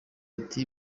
ati